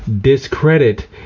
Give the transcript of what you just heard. discredit